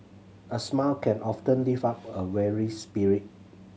a smile can often lift up a weary spirit